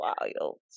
wild